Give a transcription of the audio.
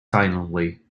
silently